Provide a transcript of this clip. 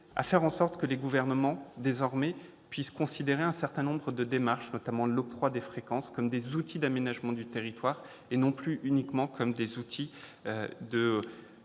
à faire en sorte que les gouvernements, désormais, puissent considérer certaines démarches, dont l'octroi de fréquences, comme des outils d'aménagement du territoire et non plus comme de simples